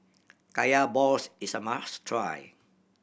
Kaya balls is a must try